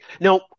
Now